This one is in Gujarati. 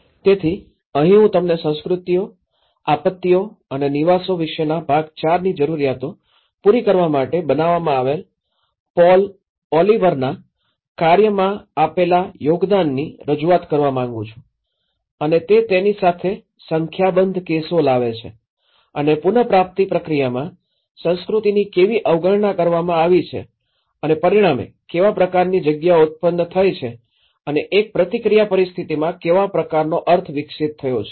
તેથી અહીં હું તમને સંસ્કૃતિઓ આપત્તિઓ અને નિવાસો વિશેના ભાગ ૪ ની જરૂરિયાતો પૂરી કરવા માટે બનાવવામાં આવેલ પોલ ઓલિવરનાPaul Olivers કાર્યમાં આપેલા યોગદાનની રજૂઆત કરવા માંગું છું અને તે તેની સાથે સંખ્યાબંધ કેસો લાવે છે અને પુનઃપ્રાપ્તિ પ્રક્રિયામાં સંસ્કૃતિની કેવી અવગણના કરવામાં આવી છે અને પરિણામે કેવા પ્રકારની જગ્યાઓ ઉત્પન્ન થાય છે અને એક પ્રતિક્રિયા પરિસ્થિતિમાં કેવા પ્રકારનો અર્થ વિકસિત થયો છે